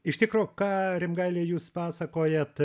iš tikro ką rimgaile jūs pasakojat